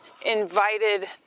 invited